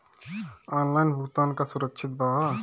Online भुगतान का सुरक्षित बा?